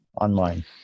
online